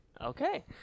okay